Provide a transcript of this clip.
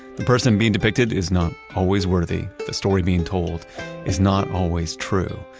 the person being depicted is not always worthy. the story being told is not always true.